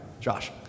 Josh